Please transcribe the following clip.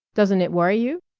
doesn't it worry you?